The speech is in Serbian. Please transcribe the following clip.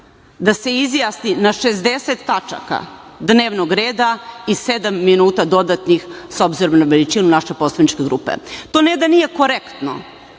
da se izjasni na 60 tačaka dnevnog reda i sedam minuta dodatnih, s obzirom na veličinu naše poslaničke grupe. To ne da nije korektno,